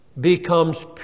becomes